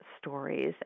stories